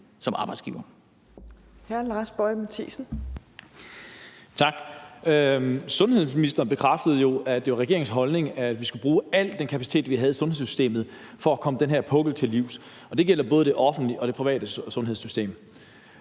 Kl. 14:51 Lars Boje Mathiesen (NB): Tak. Sundhedsministeren bekræftede jo, at det var regeringens holdning, at vi skulle bruge al den kapacitet, vi havde i sundhedssystemet, for at komme den her pukkel til livs, og det gælder både det offentlige og det private sundhedssystem.